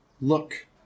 Look